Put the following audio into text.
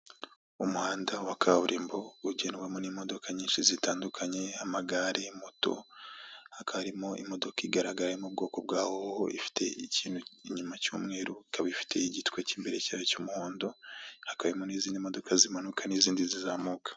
Umuhanda wa kaburimbo ugendwamo n'imodoka nyinshi zitandukanye, amagare, moto, hakaba harimo imodoka igaragara iri mu bwoko bwa hoho ifite ikintu inyuma cy'umweru, ikaba ifite igitwe cy'imbere cyayo cy'umuhondo, hakabamo n'izindi modoka zimanuka n'izindi zizamuka.